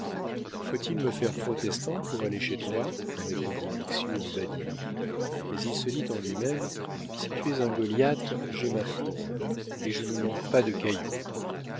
faut-il me faire protestant pour aller chez toi répondit bixiou en badinant mais il se dit en lui-même si tu es un goliath j'ai ma fronde et je ne manque pas de cailloux